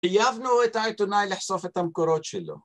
חייבנו את העיתונאי לחשוף את המקורות שלו